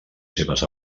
seves